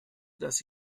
dass